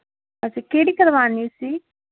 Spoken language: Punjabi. ਅੱਛਾ ਕਿਹੜੀ ਕਰਵਾਣੀ ਸੀ